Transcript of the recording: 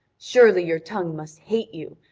surely your tongue must hate you,